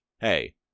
hey